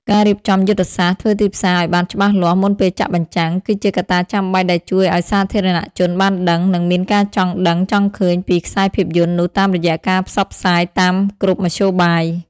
ការរៀបចំយុទ្ធសាស្ត្រធ្វើទីផ្សារឱ្យបានច្បាស់លាស់មុនពេលចាក់បញ្ចាំង គឺជាកត្តាចាំបាច់ដែលជួយឱ្យសាធារណជនបានដឹង និងមានការចង់ដឹងចង់ឃើញពីខ្សែភាពយន្តនោះតាមរយៈការផ្សព្វផ្សាយតាមគ្រប់មធ្យោបាយ។